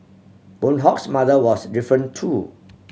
Boon Hock's mother was different too